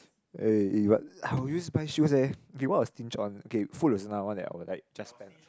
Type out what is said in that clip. eh eh but I always buy shoes eh okay what I will stinge on okay food is another one that I will like just spend